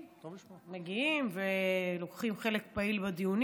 מגיעים ולוקחים חלק פעיל בדיונים.